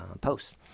posts